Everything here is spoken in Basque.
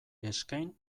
eskain